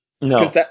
No